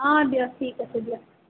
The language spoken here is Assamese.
অঁ দিয়ক ঠিক আছে দিয়ক